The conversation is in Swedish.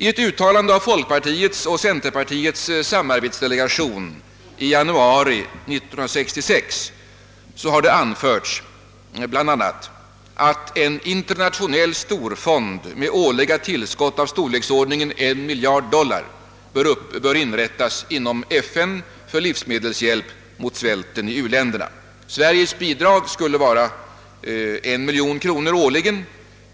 I ett uttalande av folkpartiets och centerpartiets samarbetsdelegation i januari 1966 har anförts bl.a. att en internationell storfond med årliga tillskott av storleksordningen en miljard dollar bör inrättas inom FN för livsmedelshjälp mot svälten i u-länderna. Sveriges bidrag